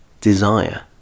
desire